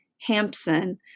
Hampson